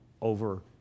over